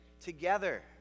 together